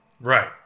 Right